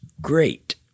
great